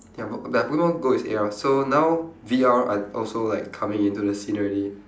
ya b~ like pokemon go is A_R so now V_R are also like coming into the scene already